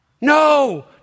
No